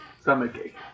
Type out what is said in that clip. stomachache